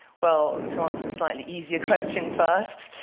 well, to answer the slightly easier question first,